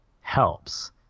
helps